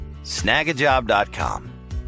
Snagajob.com